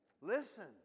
Listen